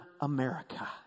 America